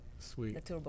Sweet